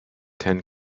ten